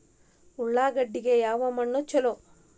ಉಳ್ಳಾಗಡ್ಡಿಗೆ ಯಾವ ಮಣ್ಣು ಛಲೋ?